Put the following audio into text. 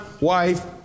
wife